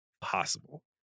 possible